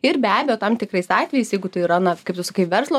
ir be abejo tam tikrais atvejais jeigu tai yra na kaip tu sakai verslo